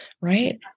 right